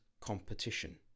competition